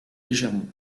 légèrement